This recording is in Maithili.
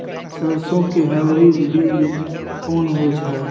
सरसो के हाइब्रिड बीज कोन होय है?